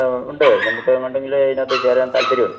ആ ഉണ്ട് നമുക്ക് ഉണ്ടെങ്കിലെ ഇതിനകത്ത് ചേരാൻ താൽപ്പര്യം ഉണ്ട്